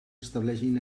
estableixen